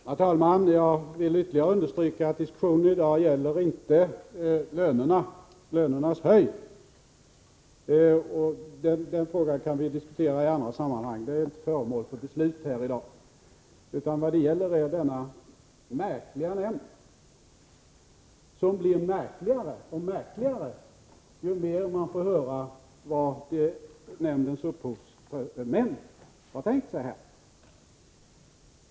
Herr talman! Jag vill ytterligare understryka att diskussionen i dag inte gäller lönernas höjd. Den frågan kan vi diskutera i annat sammanhang. Den är inte föremål för beslut här i dag. Vad det gäller är denna märkliga nämnd, som blir märkligare och märkligare, ju mer man får höra vad nämndens upphovsmän har tänkt sig.